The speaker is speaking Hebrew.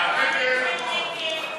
ההסתייגות (1)